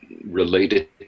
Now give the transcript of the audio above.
related